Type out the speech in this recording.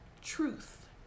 truth